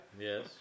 yes